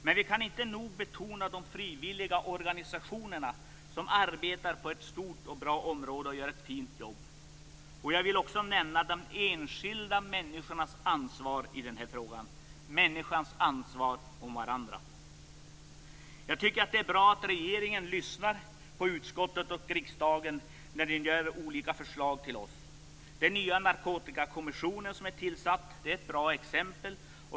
Men vi kan inte nog betona de frivilliga organisationerna, som gör ett stort och bra arbete på detta område. Jag vill också nämna de enskilda människornas ansvar i den här frågan, människornas ansvar för varandra. Jag tycker att det är bra att regeringen lyssnar på utskottet och riksdagen när det gäller olika förslag till oss. Den nya narkotikakommission som tillsatts är ett bra exempel.